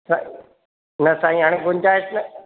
न साईं हाणे गुंजाइश न